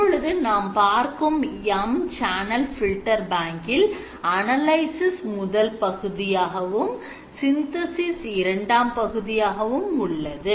இப்பொழுது நாம் பார்க்கும் M channel filter bank இல் analysis முதல் பகுதியாகவும் synthesis இரண்டாம் பகுதியாகவும் உள்ளது